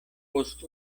post